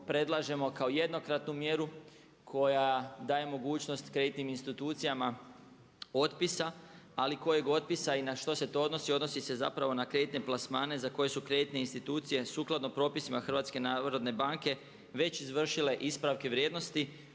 predlažemo kao jednokratnu mjeru koja daje mogućnost kreditnim institucijama otpisa. Ali kojeg otpisa i na što se to odnosi? Odnosi se na kreditne plasmane za koje su kreditne institucije sukladno propisima HNB-a već izvršile ispravke vrijednosti,